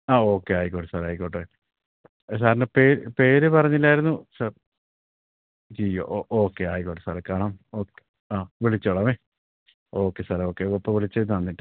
ആ ഓക്കെ ആയിക്കോട്ടെ സാറെ ആയിക്കോട്ടെ സാറിൻ്റെ പേര് പേര് പറഞ്ഞില്ലായിരുന്നു സാർ ജിയോ ഓക്കെ ആയിക്കോട്ടെ സാറെ കാണാം ഓക്കെ ആ വിളിച്ചോളാമേ ഓക്കെ സാറെ ഓക്കെ ഇപ്പോള് വിളിച്ചതിനു നന്ദിയുണ്ട്